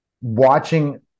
watching